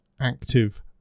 active